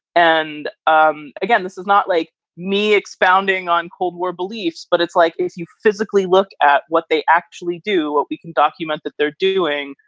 and um again, this is not like me expounding on cold war beliefs, but it's like you physically look at what they actually do, what we can document that they're doing.